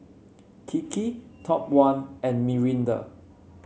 Kiki Top One and Mirinda